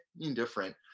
indifferent